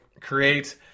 create